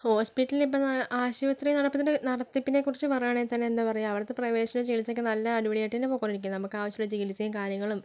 ഹോസ്പിറ്റലിപ്പന്താ ആശുപത്രി നടപ്പതുണ്ട് നടത്തിപ്പിനെക്കുറിച്ച് പറയുവാണെങ്കിൽ തന്നെ എന്താ പറയാ അവിടുത്തെ പ്രവേശനോം ചികിത്സേക്കെ നല്ല അടിപൊളിയായിട്ട് തന്നെ പോയിക്കൊണ്ടിരിക്കുന്നു നമുക്ക് ആവശ്യമുള്ള ചികിത്സേം കാര്യങ്ങളും